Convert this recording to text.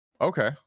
Okay